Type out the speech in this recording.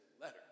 letter